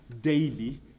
daily